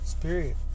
period